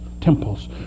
temples